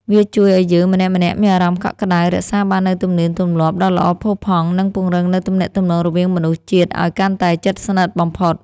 វាជួយឱ្យយើងម្នាក់ៗមានអារម្មណ៍កក់ក្តៅ រក្សាបាននូវទំនៀមទម្លាប់ដ៏ល្អផូរផង់ និងពង្រឹងនូវទំនាក់ទំនងរវាងមនុស្សជាតិឱ្យកាន់តែជិតស្និទ្ធបំផុត។